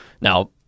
Now